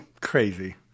Crazy